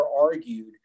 argued